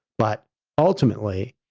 but ultimately,